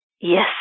Yes